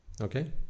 Okay